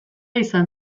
izan